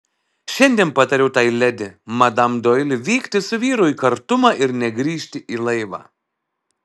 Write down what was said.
šiandien patariau tai ledi madam doili vykti su vyru į kartumą ir negrįžti į laivą